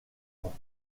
ans